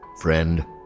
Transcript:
friend